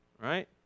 Right